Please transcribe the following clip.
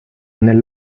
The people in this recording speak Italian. nel